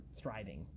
thriving